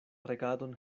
regadon